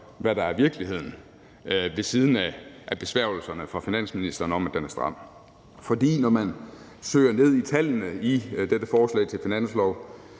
hvad der er virkeligheden ved siden af besværgelserne fra finansministeren om, at den er stram. For når man søger ned i tallene i dette forslag til finanslov,